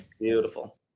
Beautiful